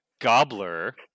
gobbler